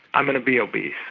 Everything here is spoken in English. i'm going to be obese,